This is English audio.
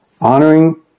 honoring